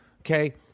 okay